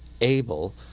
able